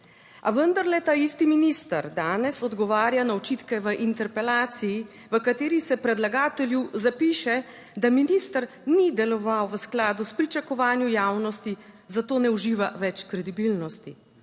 A vendarle, ta isti minister danes odgovarja na očitke v interpelaciji, v kateri se predlagatelju zapiše, da minister ni deloval v skladu s pričakovanji javnosti, zato ne uživa več kredibilnosti.